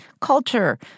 culture